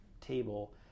table